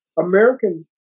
American